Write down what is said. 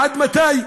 עד מתי?